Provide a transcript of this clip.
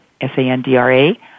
S-A-N-D-R-A